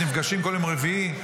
נפגשים בכל יום רביעי,